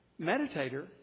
meditator